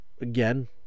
Again